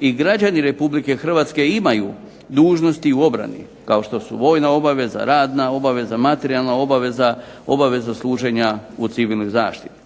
i građani RH imaju dužnosti u obrani, kao što su vojna obaveza, radna obaveza, materijalna obaveza, obaveza služenja u civilnoj zaštiti.